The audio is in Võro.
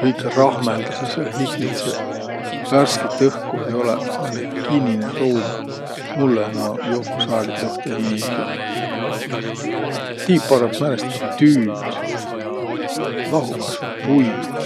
kõik rahmõldasõq sääl, higidseq, värskit õhku ei olõq, määnegi kinnine ruum. Mullõ naaq jovvusaaliq joht ei miildüq. Tiiq parõmb määnestki tüüd! Lahuq kasvai puid!